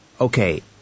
okay